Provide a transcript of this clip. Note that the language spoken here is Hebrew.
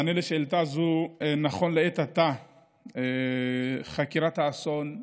מענה על שאילתה זו: נכון לעת עתה חקירת האסון,